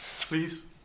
Please